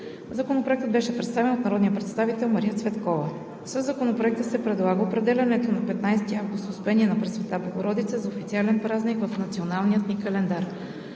Законопроектът беше представен от народния представител Мария Цветкова. Със Законопроекта се предлага определянето на „15 август – Успение на Пресвета Богородица“ за официален празник в националния ни календар.